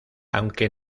aunque